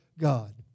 God